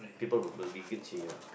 people will will mingle to you